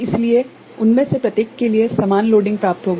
इसलिए उनमें से प्रत्येक के लिए समान लोडिंग प्राप्त होगा